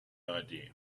idea